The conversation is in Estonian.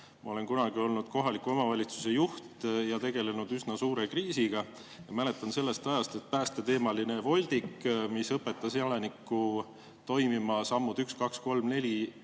Ma olen kunagi olnud kohaliku omavalitsuse juht ja tegelenud üsna suure kriisiga. Ma mäletan sellest ajast, et oli päästeteemaline voldik, mis õpetas elanikku toimima, sammud üks,